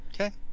Okay